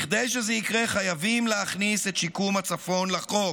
כדי שזה יקרה חייבים להכניס את שיקום הצפון לחוק.